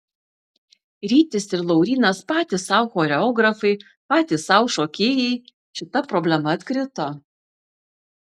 rytis ir laurynas patys sau choreografai patys sau šokėjai šita problema atkrito